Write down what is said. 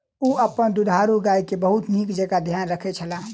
ओ अपन दुधारू गाय के बहुत नीक जेँका ध्यान रखै छला